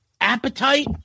Appetite